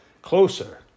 closer